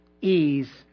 ease